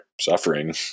suffering